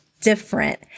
different